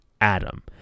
Adam